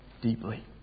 deeply